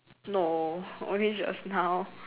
no only just now